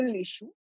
issue